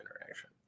interaction